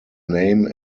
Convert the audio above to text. name